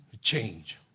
change